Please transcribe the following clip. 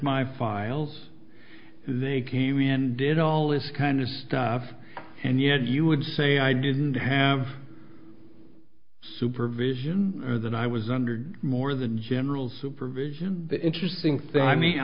my files they came in and did all this kind of stuff and yet you would say i didn't have supervision than i was under more than general supervision the interesting thing i mean